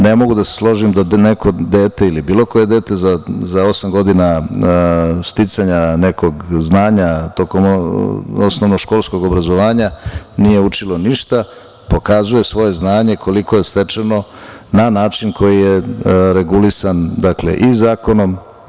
Ne mogu da se složim da neko dete ili bilo koje dete za osam godina sticanja nekog znanja tokom osnovnoškolskog obrazovanja nije učilo ništa, pokazuje svoje znanje koliko je stečeno na način koji je regulisan zakonom.